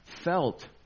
felt